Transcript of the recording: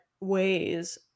ways